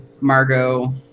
Margot